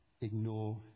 ignore